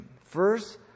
First